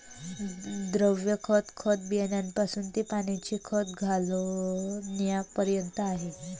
द्रव खत, खत बियाण्यापासून ते पाण्याने खत घालण्यापर्यंत आहे